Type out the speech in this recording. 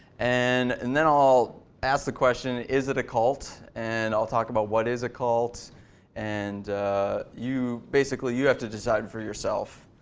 and and then i'll ask the question is it a cult and i'll talk about what is a cult and you, basically, you have to decide for yourself.